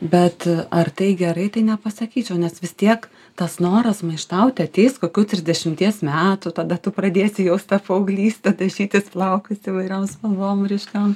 bet ar tai gerai tai nepasakyčiau nes vis tiek tas noras maištauti ateis kokių trisdešimties metų tada tu pradėsi jaust paauglystę dažytis plaukus įvairiom spalvom ryškiom